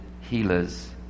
healers